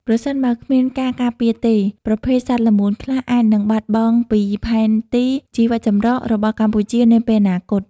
ប្រសិនបើគ្មានការការពារទេ ប្រភេទសត្វល្មូនខ្លះអាចនឹងបាត់បង់ពីផែនទីជីវចម្រុះរបស់កម្ពុជានាពេលអនាគត។